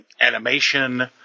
animation